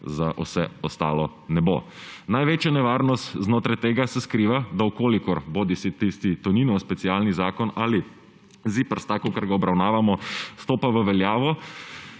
za vse ostalo ne bo. Največja nevarnost znotraj tega se skriva, da če bodisi tisti Toninov specialni zakon ali ZIPRS, ki ga obravnavamo, stopa v veljavo,